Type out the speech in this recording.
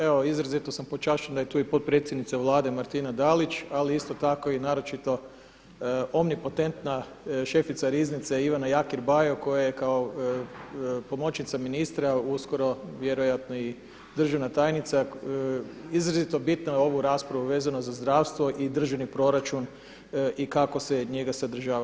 Evo izrazito sam počašćen da je tu i potpredsjednica Vlade Martina Dalić ali isto tako i naročito omni potentna šefica riznice Ivana Jakir Bajo koja je kao pomoćnica ministra uskoro vjerojatno i državna tajnica izrazito bitna za ovu raspravu vezano za zdravstvo i državni proračun i kako se njega sadržava.